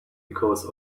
because